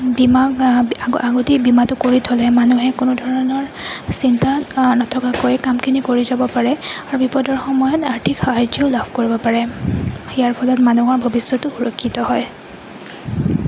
বীমা আগতেই বীমাটো কৰি থ'লে মানুহে কোনো ধৰণৰ চিন্তা নথকাকৈ কামখিনি কৰি যাব পাৰে আৰু বিপদৰ সময়ত আৰ্থিক সাহায্যও লাভ কৰিব পাৰে ইয়াৰ ফলত মানুহৰ ভৱিষ্যতটো সুৰক্ষিত হয়